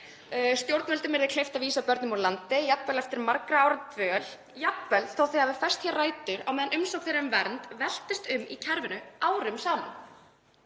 Stjórnvöldum yrði kleift að vísa börnum úr landi, jafnvel eftir margra ára dvöl, jafnvel þótt þau hefðu fest hér rætur á meðan umsókn þeirra um vernd velktist um í kerfinu árum saman.